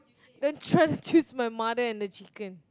then try to choose my mother and the chicken